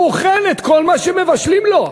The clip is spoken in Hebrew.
והוא אוכל את כל מה שמבשלים לו.